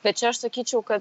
bet čia aš sakyčiau kad